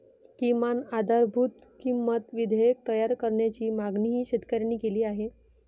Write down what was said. किमान आधारभूत किंमत विधेयक तयार करण्याची मागणीही शेतकऱ्यांनी केली आहे